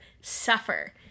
suffer